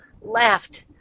laughed